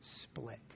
split